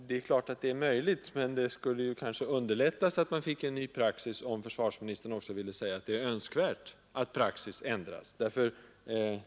Herr talman! Det är möjligt, men en ny praxis på det här området skulle kanske också underlättas om försvarsministern ville säga att det är önskvärt att praxis ändras.